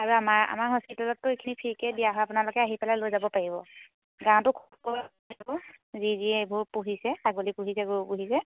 আৰু আমাৰ আমাৰ হস্পিটেলততো এইখিনি ফ্ৰীকে দিয়া হয় আপোনালোকে আহি পেলাই লৈ যাব পাৰিব গাঁৱতো যি যিয়ে এইবোৰ পুহিছে ছাগলী পুহিছে গৰু পুহিছে